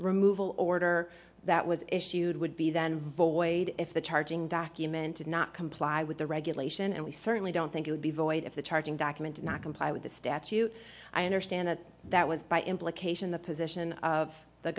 removal order that was issued would be then void if the charging document did not comply with the regulation and we certainly don't think it would be void if the charging document did not comply with the statute i understand that that was by implication the position of the